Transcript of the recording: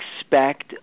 expect